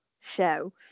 show